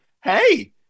hey